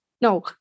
No